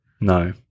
No